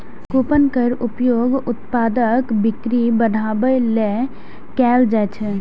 coupon केर उपयोग उत्पादक बिक्री बढ़ाबै लेल कैल जाइ छै